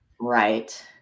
Right